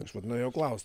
aš vat norėjau klaust